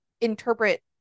interpret